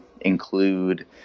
include